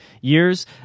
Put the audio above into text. years